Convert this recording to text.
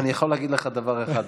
אני יכול להגיד לך דבר אחד,